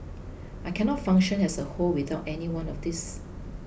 I cannot function as a whole without any one of these